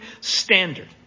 standard